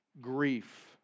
grief